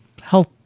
health